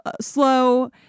slow